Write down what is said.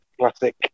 classic